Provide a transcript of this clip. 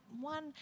one